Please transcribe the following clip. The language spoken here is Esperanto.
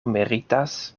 meritas